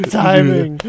timing